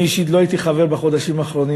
אני אישית לא הייתי חבר בחודשים האחרונים